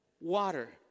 water